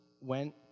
went